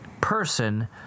person